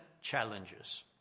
challenges